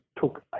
took